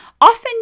often